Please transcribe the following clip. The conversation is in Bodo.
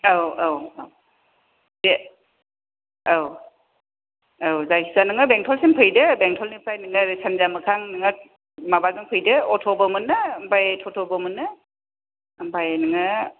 औ औ औ दे औ औ जायखिजाया नोङो बेंथलसिम फैदो बेंथलनिफ्राय नोङो ओरै सानजा मोखां माबाजों फैदो अट'बो मोनो ओमफ्राय टट'बो मोनो ओमफ्राय नोङो